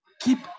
keep